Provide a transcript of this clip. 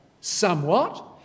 somewhat